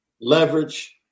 leverage